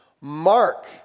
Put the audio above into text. Mark